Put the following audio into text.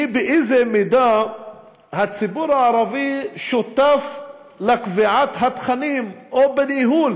באיזו מידה הציבור הערבי שותף לקביעת התכנים או בניהול